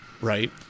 right